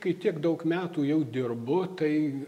kai tiek daug metų jau dirbu tai